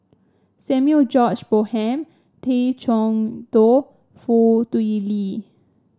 Samuel George Bonham Tay Chee Toh Foo Tui Liew